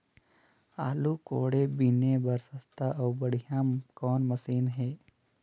आलू कोड़े बीने बर सस्ता अउ बढ़िया कौन मशीन हे?